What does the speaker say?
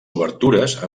obertures